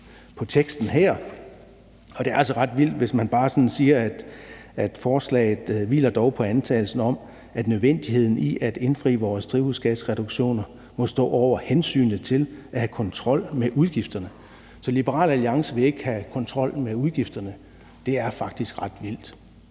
på teksten her. Det er altså ret vildt, hvis man bare sådan siger: »Forslaget hviler dog på antagelsen om, at nødvendigheden i at indfri vores drivhusgasreduktionsmål må stå over hensynet til at have kontrol med udgifterne.« Så Liberal Alliance vil ikke have kontrol med udgifterne. Det er faktisk ret vildt.